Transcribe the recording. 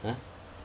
!huh!